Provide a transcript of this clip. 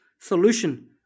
solution